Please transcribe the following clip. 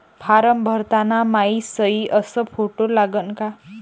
Form भरताना मायी सयी अस फोटो लागन का?